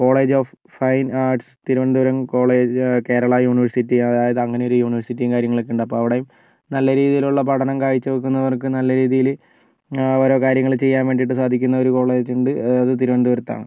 college of fine arts Thiruvananthapuram college Kerala university അതായത് അങ്ങനെ ഒരു യൂണിവേഴ്സിറ്റിയും കാര്യങ്ങളൊക്കെയുണ്ട് അപ്പോൾ അവിടെ നല്ല രീതിയിലുള്ള പഠനം കാഴ്ചവയ്ക്കുന്നവർക്ക് നല്ല രീതിയില് ഓരോ കാര്യങ്ങൾ ചെയ്യാൻ വേണ്ടിയിട്ട് സാധിക്കുന്ന ഒരു കോളേജുണ്ട് അത് തിരുവനന്തപുരത്താണ്